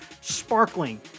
sparkling